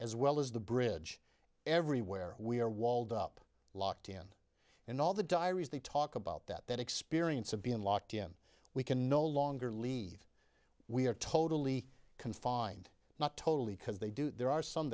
as well as the bridge everywhere we are walled up locked in and all the diaries they talk about that that experience of being locked in we can no longer leave we are totally confined not totally because they do there are some